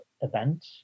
event